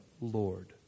Lord